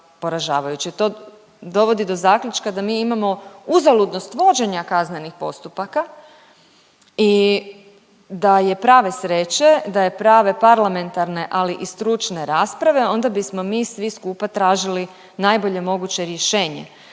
To dovodi do zaključka da mi imamo uzaludnost vođenja kaznenih postupaka i da je prave sreće, da je prave parlamentarne, ali i stručne rasprave onda bismo mi svi skupa tražili najbolje moguće rješenje,